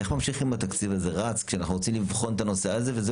איך מוודאים שהתקציב הזה רץ כשאנחנו רוצים לבחון את הנושא הזה וזה